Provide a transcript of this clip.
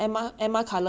mm